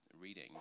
reading